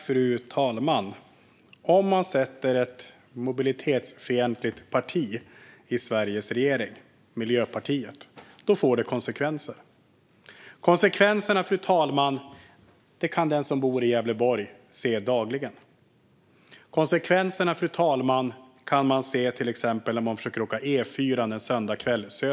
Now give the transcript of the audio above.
Fru talman! Om man sätter ett mobilitetsfientligt parti, Miljöpartiet, i Sveriges regering får det konsekvenser. Konsekvenserna kan den som bor i Gävleborg se dagligen, fru talman. Man kan se dem till exempel om man försöker åka E4 söderut en söndagskväll.